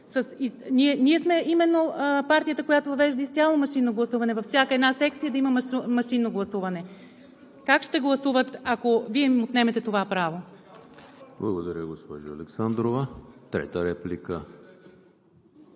Ние сме именно партията, която въвежда изцяло машинно гласуване – във всяка една секция да има машинно гласуване. Как ще гласуват, ако Вие им отнемете това право? ПРЕДСЕДАТЕЛ ЕМИЛ ХРИСТОВ: Благодаря, госпожо Александрова. Трета реплика?